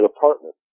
apartment